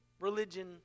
religion